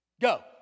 go